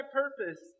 purpose